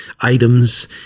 items